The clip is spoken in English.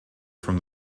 from